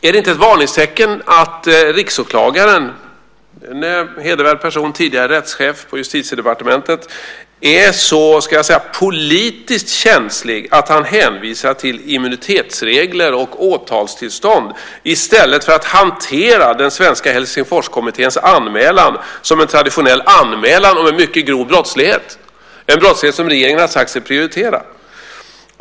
Är det inte ett varningstecken att riksåklagaren, en hedervärd person, tidigare rättschef på Justitiedepartementet, är så politiskt känslig att han hänvisar till immunitetsregler och åtalstillstånd i stället för att hantera den svenska Helsingforskommitténs anmälan som en traditionell anmälan om en mycket grov brottslighet, en brottslighet som regeringen har sagt sig prioritera?